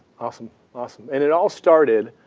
awesome. awesome. and it all started,